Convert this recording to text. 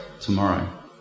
tomorrow